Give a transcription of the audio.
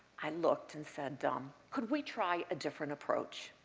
i looked and said, um could we try a different approach?